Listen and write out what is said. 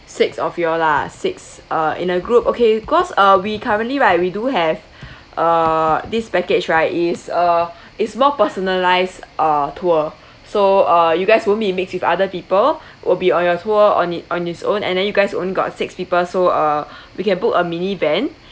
six of you all [la] six uh in a group okay cause uh we currently right we do have uh this package right is uh is more personalise uh tour so uh you guys won't be mixed with other people will be on your tour on it on its own and then you guys only got six people so uh we can book a mini van